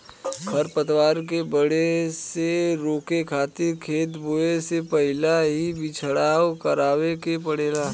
खर पतवार के बढ़े से रोके खातिर खेत बोए से पहिल ही छिड़काव करावे के पड़ेला